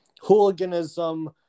hooliganism